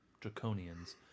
draconians